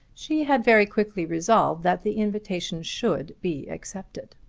she had very quickly resolved that the invitation should be accepted.